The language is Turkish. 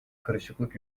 karışıklık